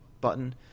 button